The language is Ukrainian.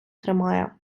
тримає